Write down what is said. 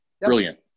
Brilliant